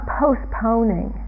postponing